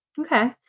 Okay